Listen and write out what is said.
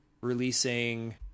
releasing